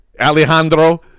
Alejandro